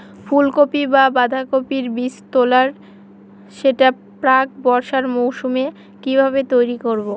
ফুলকপি বা বাঁধাকপির বীজতলার সেট প্রাক বর্ষার মৌসুমে কিভাবে তৈরি করব?